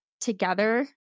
together